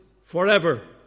forever